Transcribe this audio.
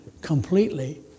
completely